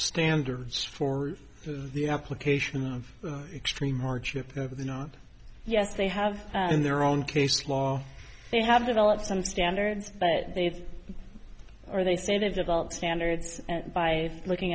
standards for the application of extreme hardship yes they have in their own case law they have developed some standards but they've or they say they've developed standards by looking